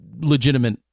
legitimate